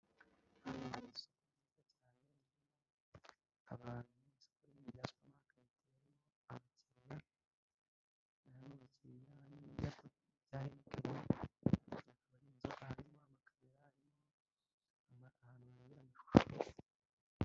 cyane abantuini yamaga abaki nakinya byarirenza hanyuma abakaliyai bituma ahantu hayuranijwe